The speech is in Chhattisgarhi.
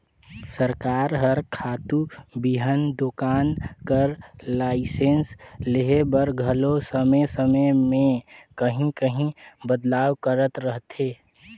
सरकार हर खातू बीहन दोकान कर लाइसेंस लेहे बर घलो समे समे में काहीं काहीं बदलाव करत रहथे